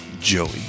Joey